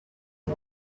ati